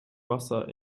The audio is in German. wasser